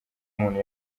umuntu